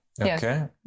Okay